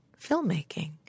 filmmaking